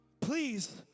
Please